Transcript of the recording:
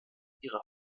ihre